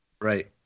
Right